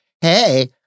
Hey